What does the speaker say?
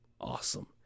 Awesome